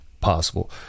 possible